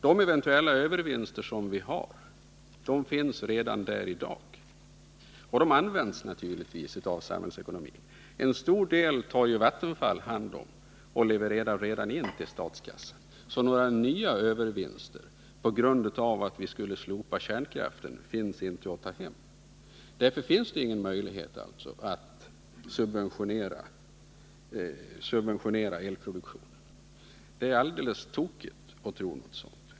De eventuella övervinster som kan göras uppstår redan i dag, och de används naturligtvis i samhällsekonomin. En stor del tar Vattenfall hand om och levererar in till statskassan. Några nya övervinster på grund av att vi skulle slopa kärnkraften finns inte att ta hem. Därför finns det ingen möjlighet att subventionera elproduktionen. Det är alldeles tokigt att tro något sådant.